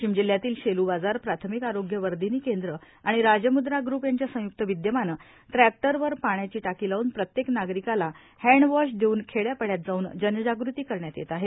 वाशिम जिल्ह्यातील शेलुबाजार प्राथमिक आरोग्य वर्धिनी केंद्र आणि राजमुद्रा ग्रुप यांच्या संयुक्त विद्यमाने ट्रॅक्टरवर पाण्याची टाकी लावून प्रत्येक नागरिकाला हॅन्ड वॉश देऊन खेड्यापाड्यात जाऊन जनजागृती करण्यात येत आहे